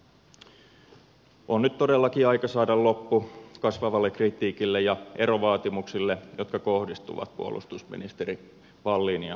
on nyt todellakin aika saada loppu kasvavalle kritiikille ja erovaatimuksille jotka kohdistuvat puolustusministeri walliniin